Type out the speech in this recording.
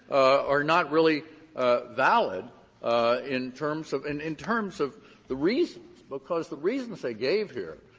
are not really valid in terms of and in terms of the reasons, because the reasons they gave here,